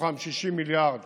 מתוכם 60 מיליארד